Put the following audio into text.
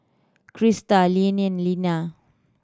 Krysta Leanna Elena